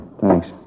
Thanks